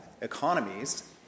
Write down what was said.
economies